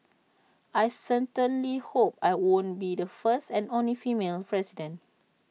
I certainly hope I won't be the first and only female president